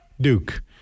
Duke